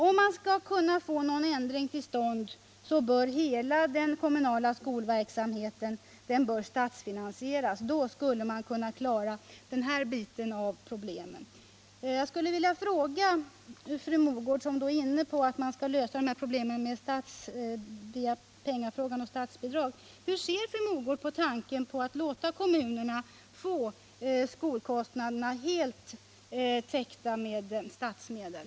Om man skall kunna få någon ändring till stånd, bör hela den kommunala skolverksamheten statsfinansieras. Då skulle man kunna klara denna bit av problemet. Jag skulle vilja fråga fru Mogård, som är inne på att man skall lösa detta problem genom statsbidrag: Hur ser fru Mogård på tanken att låta kommunerna få skolkostnaderna helt täckta med statsmedel?